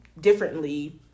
differently